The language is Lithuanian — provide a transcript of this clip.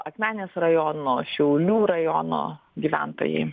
akmenės rajono šiaulių rajono gyventojai